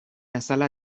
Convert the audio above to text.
azala